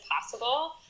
possible